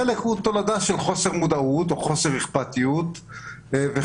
חלק הוא תולדה של חוסר מודעות ואכפתיות וחלק